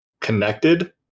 Connected